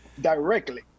directly